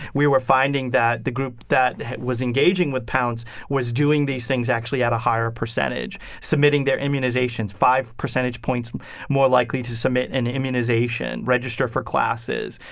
we were finding that the group that was engaging with pounce was doing these things actually at a higher percentage. submitting their immunizations five percentage points more likely to submit an immunization, register for classes,